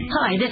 Hi